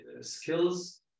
skills